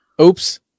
Oops